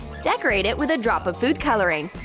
decorate it with a drop of food coloring.